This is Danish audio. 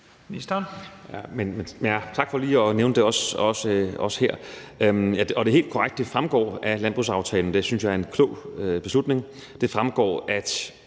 Tak for lige at nævne det også her. Det er helt korrekt, at det fremgår af landbrugsaftalen – og det synes jeg er en klog beslutning – at